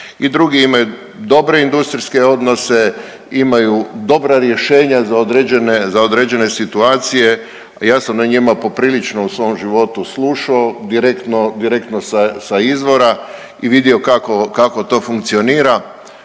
I drugi imaju dobre industrijske odnose, imaju dobra rješenja za određene situacije, a ja sam na njima poprilično u svom životu slušao direktno, direktno sa, sa izvora i vidio kako, kako to funkcionira.